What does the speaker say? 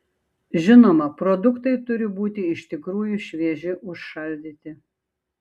žinoma produktai turi būti iš tikrųjų švieži užšaldyti